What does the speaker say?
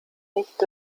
nicht